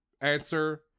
answer